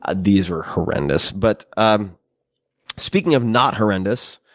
ah these were horrendous. but um speaking of not horrendous,